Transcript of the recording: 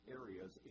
areas